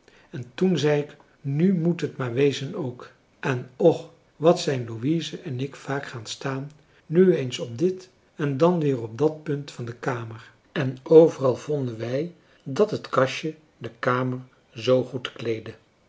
en toen zei ik nu moet het maar wezen ook en och wat zijn louise en ik vaak gaan staan nu eens op dit en dan weer op dat punt van de kamer en overal vonden wij dat het kastje de kamer zoo goed